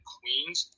Queens